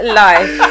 life